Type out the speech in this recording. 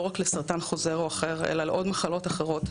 לא רק לסרטן חוזר או אחר אלא גם למחלות אחרות.